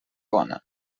bona